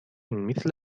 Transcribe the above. مثل